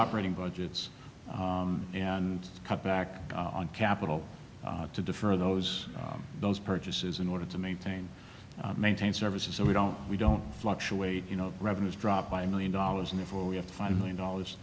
operating budgets and cut back on capital to defer those those purchases in order to maintain maintain services so we don't we don't fluctuate you know revenues drop by a million dollars and therefore we have five million dollars